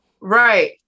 Right